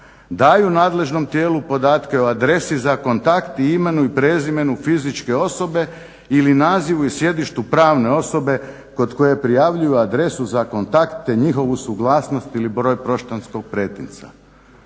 daju nadležnom tijelu podatke o adresi za kontakt i imenu i prezimenu fizičke osobe ili nazivu i sjedištu pravne osobe kod koje prijavljuju adresu za kontakt, te njihovu suglasnost ili broj poštanskog pretinca.